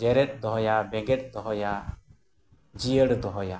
ᱡᱮᱨᱮᱫ ᱫᱚᱦᱚᱭᱟ ᱵᱮᱸᱜᱮᱫ ᱫᱚᱦᱚᱭᱟ ᱡᱤᱭᱟᱹᱲ ᱫᱚᱦᱚᱭᱟ